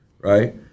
right